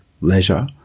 leisure